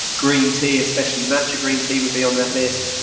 green tea, especially matcha green tea would be on that list.